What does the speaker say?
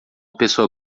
pessoa